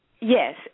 Yes